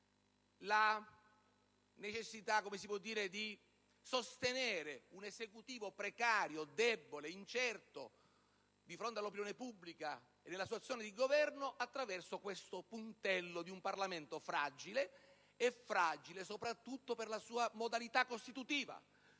la necessità di sostenere un Esecutivo precario, debole e incerto di fronte all'opinione pubblica e nella sua azione di governo attraverso il puntello di un Parlamento fragile, soprattutto per la sua modalità costitutiva.